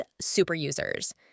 super-users